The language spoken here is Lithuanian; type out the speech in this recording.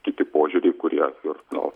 kiti požiūriai kurie ir na